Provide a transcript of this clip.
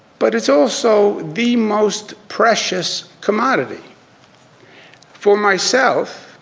but it's also the most precious commodity for myself.